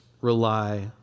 rely